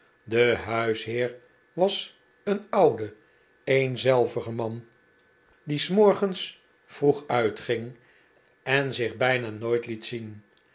de huisheer was een oude eenzelvige man die s morgens vroeg uitging en zich bijna nooit liet zien